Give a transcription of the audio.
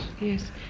Yes